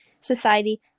society